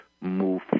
move